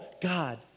God